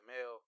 male